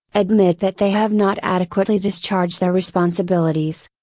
admit that they have not adequately discharged their responsibilities.